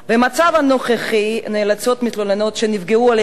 במצב הנוכחי נאלצות מתלוננות שנפגעו על-ידי